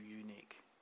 unique